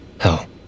Hell